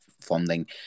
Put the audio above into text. funding